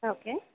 okay